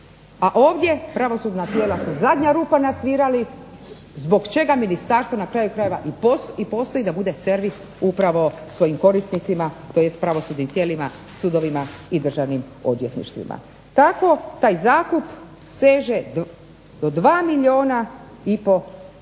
a ovdje pravosudna tijela su zadnja rupa na svirali zbog čega Ministarstvo na kraju krajeva postoji da bude servis upravo svojim korisnicima tj. pravosudnim tijelima, sudovima i državnim odvjetništvima. Kako taj zakup seže do 12,408 milijuna kuna, dakle